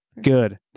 Good